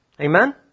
Amen